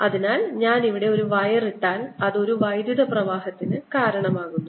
അതിനാൽ ഞാൻ ഇവിടെ ഒരു വയർ ഇട്ടാൽ അത് ഒരു വൈദ്യുത പ്രവാഹത്തിന് കാരണമാകുന്നു